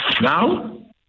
Now